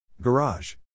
Garage